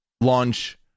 launch